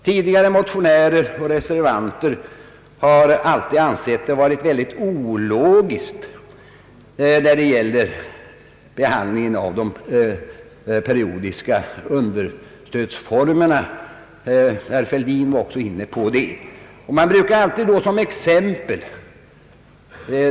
Tidigare har motionärerna och reservanterna alltid ansett att behandlingen av periodiska understödsformer varit mycket ologisk — herr Fälldin var också inne på den saken.